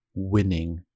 winning